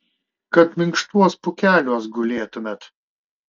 kad minkštuos pūkeliuos gulėtumėt